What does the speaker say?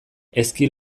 ezki